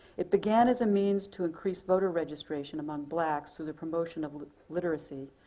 it began as a means to increase voter registration among blacks through the promotion of literacy,